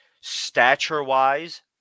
stature-wise